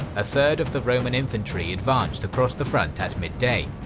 a third of the roman infantry advanced across the front at midday.